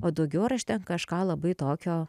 o daugiau ar aš ten kažką labai tokio